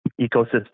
ecosystem